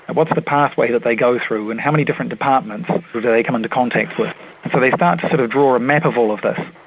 what's the pathway that they go through, and how many different departments do they come into contact with? so they start to sort of draw a map of all of this,